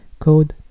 code